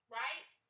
right